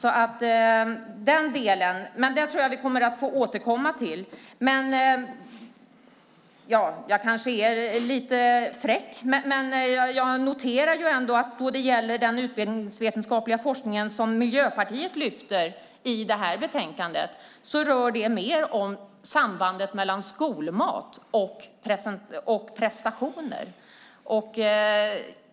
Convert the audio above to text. Jag tror att vi kommer att få återkomma till det. Jag är kanske lite fräck, men jag noterar att den utbildningsvetenskapliga forskning som Miljöpartiet lyfter fram i det här betänkandet mer rör sambandet mellan skolmat och prestationer.